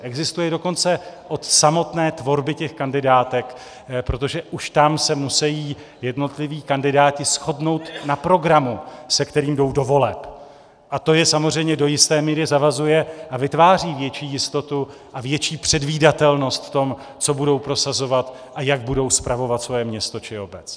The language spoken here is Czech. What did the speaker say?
Existuje dokonce od samotné tvorby kandidátek, protože už tam se musejí jednotliví kandidáti shodnout na programu, se kterým jdou do voleb, a to je samozřejmě do jisté míry zavazuje a vytváří větší jistotu a větší předvídatelnost v tom, co budou prosazovat a jak budou spravovat svoje město či obec.